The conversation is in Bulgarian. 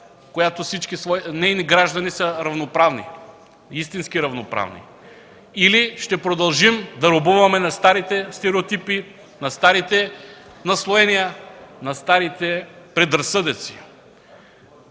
която всички нейни граждани са равноправни – истински равноправни, или ще продължим да робуваме на старите стереотипи, на старите наслоения, на старите предразсъдъци?